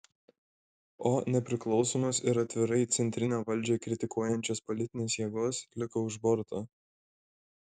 o nepriklausomos ir atvirai centrinę valdžią kritikuojančios politinės jėgos liko už borto